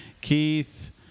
Keith